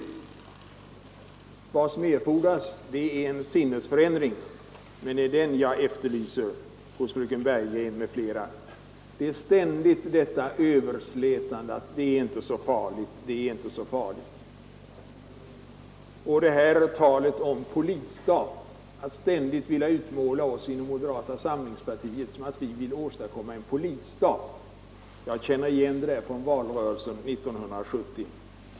Nej, vad som erfordras hos vårt största parti är en sinnesförändring i denna fråga. Det är den jag efterlyser hos fröken Bergegren m.fl. Där är det ständigt nu detta överslätande: Det är inte så farligt, det är inte så farligt! Och så talet om polisstat, att ständigt utmåla oss inom moderata samlingspartiet som de som vill åstadkomma en polisstat. Jag känner igen det från valrörelsen 1970.